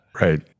right